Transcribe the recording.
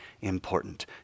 important